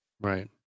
Right